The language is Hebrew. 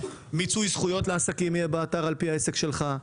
או שמיצוי זכויות לעסקים יהיה באתר על פי העסק שלך.